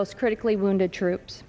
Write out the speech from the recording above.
most critically wounded troops